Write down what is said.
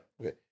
Okay